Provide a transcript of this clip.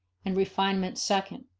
and refinements second.